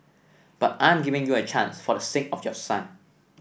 but I'm giving you a chance for the sake of your son